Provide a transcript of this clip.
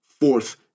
Fourth